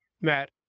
Matt